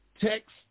Text